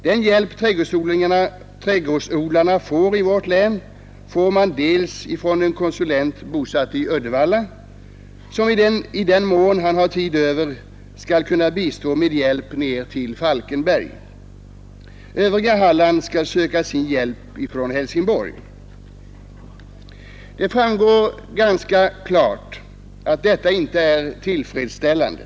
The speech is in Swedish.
Den hjälp trädgårdsodlarna får i vårt län får man dels från en konsulent bosatt i Uddevalla, som i den mån han får tid över skall bistå med hjälp i norra delen av länet ner till Falkenberg, dels från Helsingborg, dit man skall vända sig från det Det framstår ganska klart att detta inte är tillfredsställande.